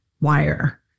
wire